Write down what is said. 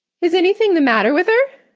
is anything the matter with her?